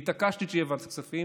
והתעקשתי שתהיה ועדת כספים,